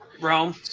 Rome